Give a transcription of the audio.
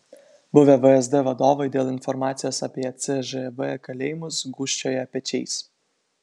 buvę vsd vadovai dėl informacijos apie cžv kalėjimus gūžčioja pečiais